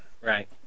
Right